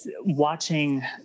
watching